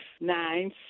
nine